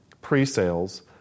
pre-sales